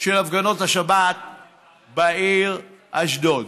של הפגנות השבת בעיר אשדוד.